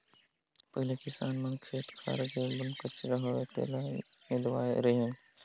पहिले किसान मन खेत खार मे बन कचरा होवे तेला निंदवावत रिहन